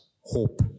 hope